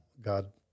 God